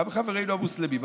גם מחברינו המוסלמים,